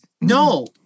No